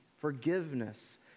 forgiveness